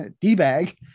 D-bag